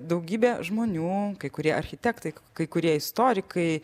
daugybė žmonių kai kurie architektai kai kurie istorikai